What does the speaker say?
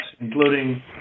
including